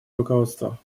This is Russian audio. руководство